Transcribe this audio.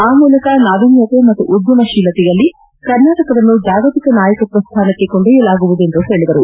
ಆ ಮೂಲಕ ನಾವಿನ್ನತೆ ಮತ್ತು ಉದ್ದಮಶೀಲತೆಯಲ್ಲಿ ಕರ್ನಾಟಕವನ್ನು ಜಾಗತಿಕ ನಾಯಕತ್ವ ಸ್ಥಾನಕ್ಷೆ ಕೊಂಡೊಯ್ಲಾಗುವುದು ಎಂದು ಹೇಳಿದರು